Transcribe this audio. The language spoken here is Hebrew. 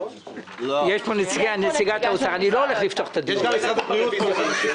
לא הולך לפתוח את הדיון.